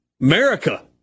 America